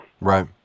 right